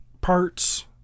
parts